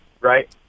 right